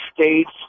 states